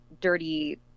dirty